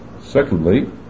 Secondly